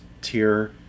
tier